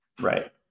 Right